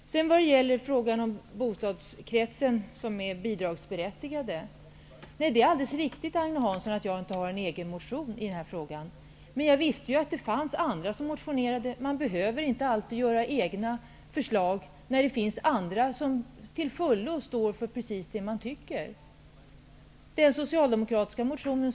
Vad gäller frågan om kretsen av bidragsberättigade, är det alldeles riktigt att jag inte har väckt en egen motion. Jag visste att andra motionerade. Man behöver inte alltid ta fram egna förslag, när andra till fullo står för det man själv tycker. Jag stöder den socialdemokratiska motionen.